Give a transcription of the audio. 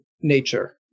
nature